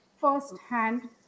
firsthand